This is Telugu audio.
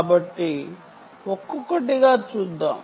కాబట్టి ఒక్కొక్కటిగా చూద్దాం